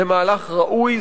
זה מהלך ראוי,